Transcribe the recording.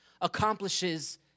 accomplishes